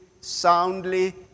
soundly